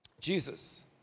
Jesus